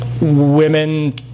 women